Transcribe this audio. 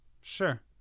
sure